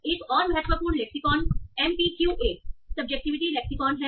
एक और महत्वपूर्ण लेक्सिकॉन एमपीक्यूए सब्जेक्टिविटी लेक्सिकॉन है